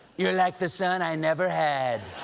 you're like the son i never had.